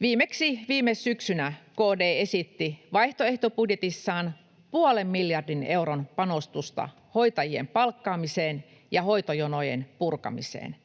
Viimeksi viime syksynä KD esitti vaihtoehtobudjetissaan puolen miljardin euron panostusta hoitajien palkkaamiseen ja hoitojonojen purkamiseen,